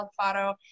Alfaro